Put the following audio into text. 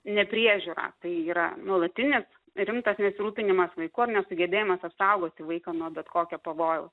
nepriežiūra tai yra nuolatinė rimtas nesirūpinimas vaiku ar nesugebėjimas apsaugoti vaiką nuo bet kokio pavojaus